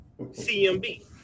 CMB